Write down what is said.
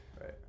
Right